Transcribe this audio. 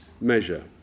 measure